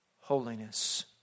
Holiness